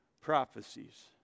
prophecies